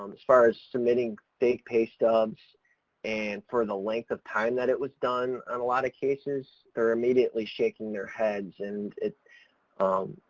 as far as submitting fake pay stubs and for the length of time that it was done on a lot of cases, they're immediately shaking their heads, and it um,